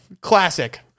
Classic